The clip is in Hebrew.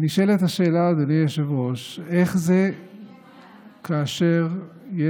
ונשאלת השאלה, אדוני היושב-ראש, איך זה שכאשר יש